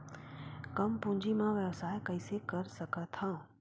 कम पूंजी म व्यापार कइसे कर सकत हव?